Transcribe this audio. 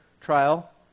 trial